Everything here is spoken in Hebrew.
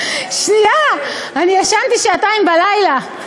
שנייה, אני ישנתי שעתיים בלילה.